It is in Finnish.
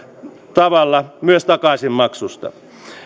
tavalla myös takaisinmaksusta